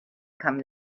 come